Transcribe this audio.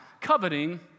coveting